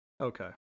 Okay